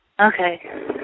Okay